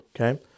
Okay